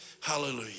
Hallelujah